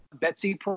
Betsy